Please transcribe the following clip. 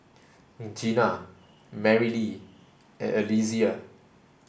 Gina Marylee and Alesia